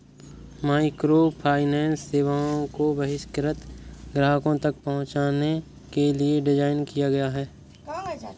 microfinance सेवाओं को बहिष्कृत ग्राहकों तक पहुंचने के लिए डिज़ाइन किया गया है